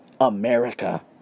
America